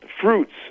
fruits